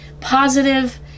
positive